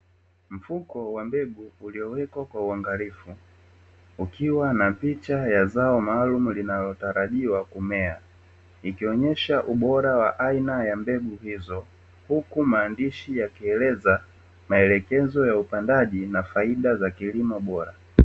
Mfuko wa mbegu umehifadhiwa kwa uangalifu, ukiwa na picha ya zao maalumu linalotarajiwa kumea. Picha hiyo inaonyesha ubora wa aina ya mbegu hizo, huku maandishi yaliyoko juu yake yakitoa maelekezo ya upandaji pamoja na faida za kilimo bora.